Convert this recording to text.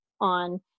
on